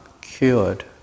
cured